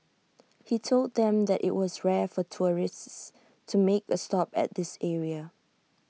he told them that IT was rare for tourists to make A stop at this area